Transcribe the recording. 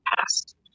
past